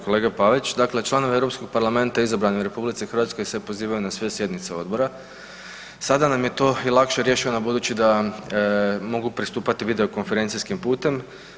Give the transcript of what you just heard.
Kolega Pavić, dakle članove Europskog parlamente izabrane u RH se pozivaju na sve sjednice odbora, sada nam je to i lakše riješeno, budući da mogu pristupati videokonferencijskim putem.